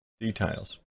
details